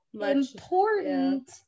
important